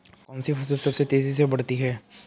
कौनसी फसल सबसे तेज़ी से बढ़ती है?